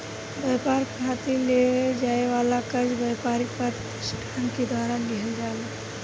ब्यपार खातिर लेवे जाए वाला कर्जा ब्यपारिक पर तिसठान के द्वारा लिहल जाला